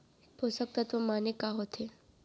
पोसक तत्व माने का होथे?